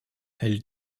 elle